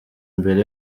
mbere